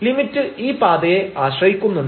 limit ഈ പാതയെ ആശ്രയിക്കുന്നുണ്ട്